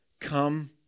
Come